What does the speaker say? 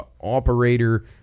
operator